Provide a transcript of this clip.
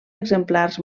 exemplars